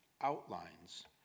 outlines